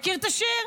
מכיר את השיר?